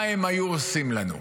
מה הם היו עושים לנו?